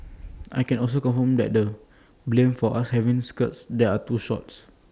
I can also confirm that they blamed us for having skirts that are too short